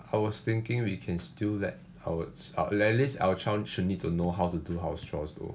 I was thinking we can still let howard start at at least our child should know how to do house chores though